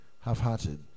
half-hearted